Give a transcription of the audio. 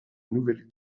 nouvelle